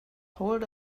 hold